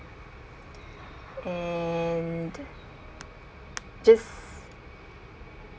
and just